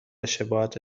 شباهت